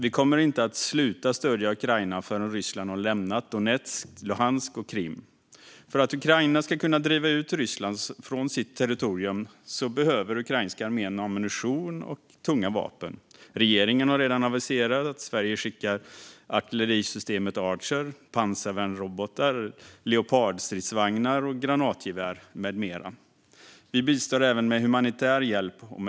Vi kommer inte att sluta att stödja Ukraina förrän Ryssland har lämnat Donetsk, Luhansk och Krim. För att Ukraina ska kunna driva ut Ryssland från sitt territorium behöver ukrainska armén ammunition och tunga vapen. Regeringen har redan aviserat att Sverige skickar artillerisystemet Archer, pansarvärnsrobotar, leopardstridsvagnar och granatgevär med mera. Vi bistår även med humanitär hjälp.